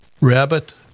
rabbit